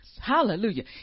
Hallelujah